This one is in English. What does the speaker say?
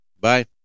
Bye